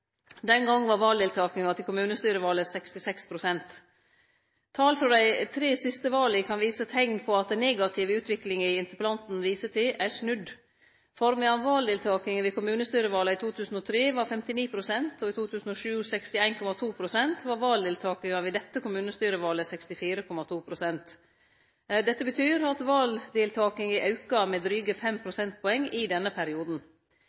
Den gongen var valdeltakinga til kommunestyrevalet 66 pst. Tal frå dei siste tre vala kan vise teikn på at den negative utviklinga interpellanten viser til, er snudd. For medan valdeltakinga ved kommunestyrevala i 2003 var 59 pst. og i 2007 61,2 pst., var valdeltakinga ved dette kommunestyrevalet 64,2 pst. Dette betyr at valdeltakinga auka med dryge 5 prosentpoeng i denne perioden.